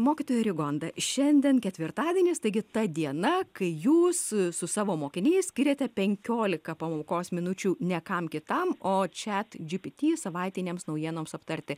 mokytoja rigonda šiandien ketvirtadienis taigi ta diena kai jūs su savo mokiniais skiriate penkiolika pamokos minučių ne kam kitam o chatgpt savaitinėms naujienoms aptarti